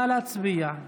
נא להצביע.